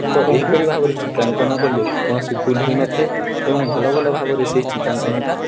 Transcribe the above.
ତ ଏହିପରି ଭାବରେ ଚିତ୍ରାଙ୍କନ କଲେ କୌଣସି ଭୁଲ୍ ହୋଇନଥାଏ ଏବଂ ଭଲ ଭଲ ଭାବରେ ସେହି ଚିତ୍ରାଙ୍କନଟା